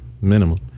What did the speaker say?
minimum